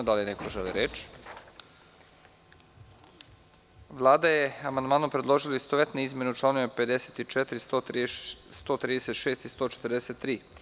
Da li neko želi reč? (Ne) Vlada je amandmanom predložila istovetne izmene u čl. 54, 136. i 143.